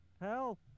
Help